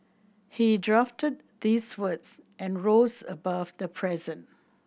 he drafted these words and rose above the present